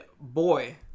boy